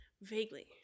Vaguely